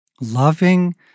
loving